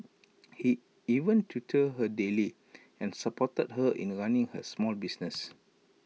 he even tutored her daily and supported her in running her small business